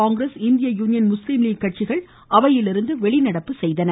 காங்கிரஸ் இந்திய Union Muslim League கட்சிகள் அவையிலிருந்து வெளிநடப்பு செய்தன